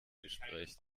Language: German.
gespräch